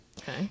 Okay